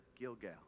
Gilgal